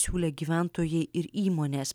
siūlė gyventojai ir įmonės